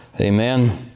Amen